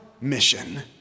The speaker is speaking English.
mission